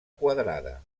quadrada